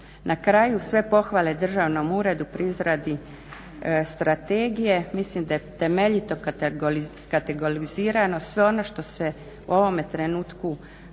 Na kraju sve pohvale Državnom uredu pri izradi strategije, mislim da je temeljito kategorizirano sve ono što se u ovome trenutku moglo